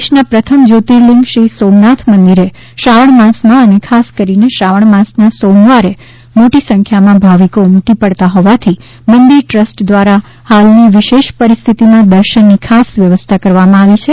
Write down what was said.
દેશના પ્રથમ જ્યોતિર્લિંગ શ્રી સોમનાથ મંદિરે શ્રાવણ માસમાં અને ખાસ કરીને શ્રાવણ માસના સોમવારે મોટી સંખ્યામાં ભાવિકો ઉમટી પડતા હોવાથી મંદિર ટ્રસ્ટ દ્વારા હાલની વિશેષ પરિસ્થિતિમાં દર્શનની ખાસ વ્યવસ્થા કરવામાં આવી છે